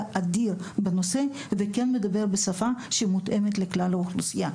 אדיר בנושא וכן מדבר בשפה שמותאמת לכלל האוכלוסייה.